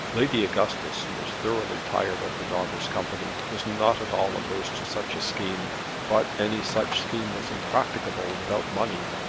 lady augustus, who was thoroughly tired of her daughter's company, was not at all averse to such a scheme but any such scheme was impracticable without money.